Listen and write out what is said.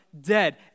dead